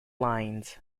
lines